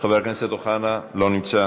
חבר הכנסת אוחנה, אינו נוכח.